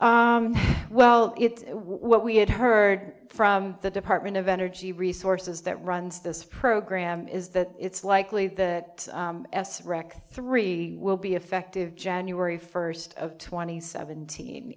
why well it's what we had heard from the department of energy resources that runs this program is that it's likely that s wreck three will be effective january first of twenty seventeen